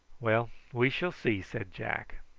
well, we shall see, said jack.